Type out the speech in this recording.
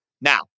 Now